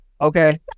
okay